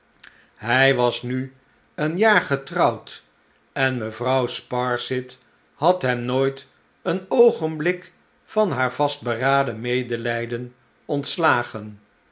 hij was nu een jaar getrouwd en mevrouw sparsit had hem nooit een oogenblik van haar vastberaden medelijden ontslagen